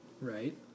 right